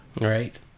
Right